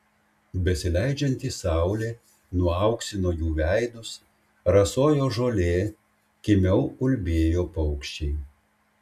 besileidžianti saulė nuauksino jų veidus rasojo žolė kimiau ulbėjo paukščiai